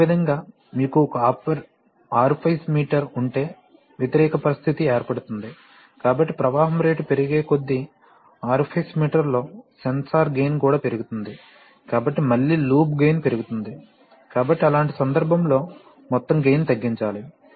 అదేవిధంగా మీకు ఒక ఆరిఫైస్ మీటర్ ఉంటే వ్యతిరేక పరిస్థితి ఏర్పడుతుంది కాబట్టి ప్రవాహం రేటు పెరిగేకొద్దీ ఆరిఫైస్ మీటర్లో సెన్సార్ గెయిన్ కూడా పెరుగుతుంది కాబట్టి మళ్ళీ లూప్ గెయిన్ పెరుగుతుంది కాబట్టి అలాంటి సందర్భంలో మొత్తంగెయిన్ తగ్గించాలి